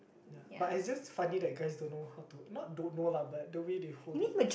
ya but it's just funny that guys don't know how to not don't know lah but the way they hold it